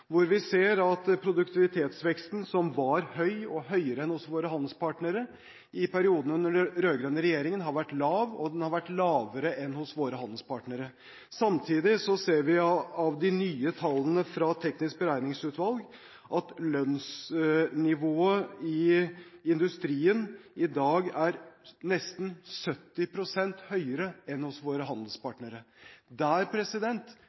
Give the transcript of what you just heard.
hvor vi ser at produktivitetsveksten som var høy, og høyere enn hos våre handelspartnere, i perioden under den rød-grønne regjeringen har vært lav, og den har vært lavere enn hos våre handelspartnere. Samtidig ser vi av de nye tallene fra Teknisk beregningsutvalg at lønnsnivået i industrien i dag er nesten 70 pst. høyere enn hos våre